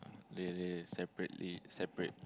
they they separately separate